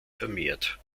vermehrt